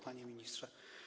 Panie Ministrze!